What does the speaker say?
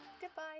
goodbye